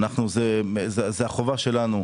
זה החובה שלנו.